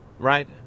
Right